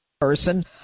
person